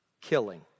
killing